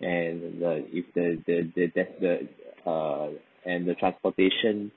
and the if the the the there's the err and the transportation